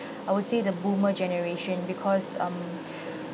I would say the boomer generation because um